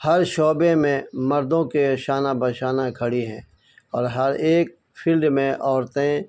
ہر شعبے میں مردوں کے شانہ بہ شانہ کھڑی ہیں اور ہر ایک فیلڈ میں عورتیں